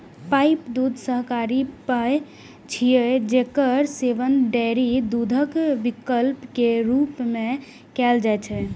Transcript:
pipe दूध शाकाहारी पेय छियै, जेकर सेवन डेयरी दूधक विकल्प के रूप मे कैल जाइ छै